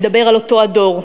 מדבר על אותו הדור: